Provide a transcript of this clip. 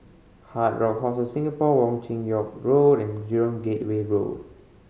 Hard Rock Hostel Singapore Wong Chin Yoke Road and Jurong Gateway Road